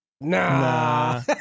nah